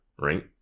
right